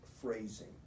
phrasing